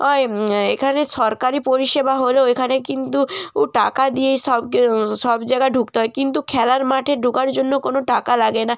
নয় এখানে সরকারি পরিষেবা হলেও এখানে কিন্তু টাকা দিয়ে সব সব জাগা ঢুকতে হয় কিন্তু খেলার মাঠে ঢুকার জন্য কোনো টাকা লাগে না